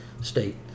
state